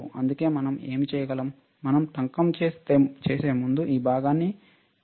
అందుకే మనం ఏమి చేయగలం మనం టంకం చేసే ముందు ఈ భాగాన్ని ఈ సర్క్యూట్ను పరీక్షించవచ్చు